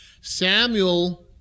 Samuel